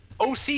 OC